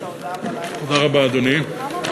תודה רבה, אדוני.